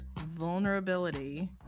vulnerability